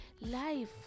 life